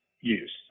use